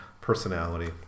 personality